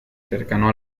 cercano